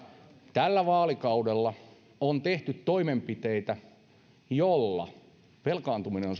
tällä vaalikaudella on tehty toimenpiteitä joilla velkaantuminen on